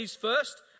first